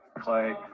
Clay